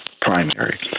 primary